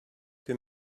que